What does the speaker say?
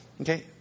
Okay